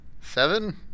seven